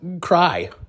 cry